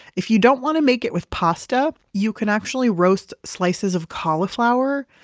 if you don't want to make it with pasta you can actually roast slices of cauliflower,